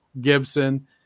Gibson